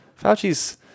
Fauci's